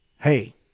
Hey